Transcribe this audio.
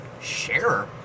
share